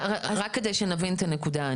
כדי שנבין את הנקודה.